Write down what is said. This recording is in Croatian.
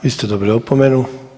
Vi ste dobili opomenu.